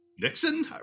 Nixon